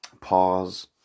pause